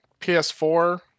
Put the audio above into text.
PS4